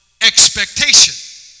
expectation